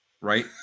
right